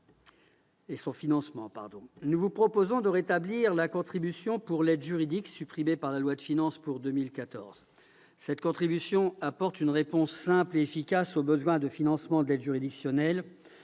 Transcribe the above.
Nous vous proposons de rétablir la contribution pour l'aide juridique supprimée par la loi de finances pour 2014. Cette contribution apporte une réponse simple et efficace au besoin de financement de l'aide juridictionnelle,